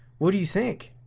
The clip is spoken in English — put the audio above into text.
what do you think?